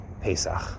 Pesach